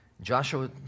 Joshua